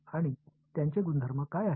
आणि त्यांचे गुणधर्म काय आहेत